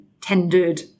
tendered